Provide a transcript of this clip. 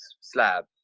slab